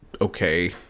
okay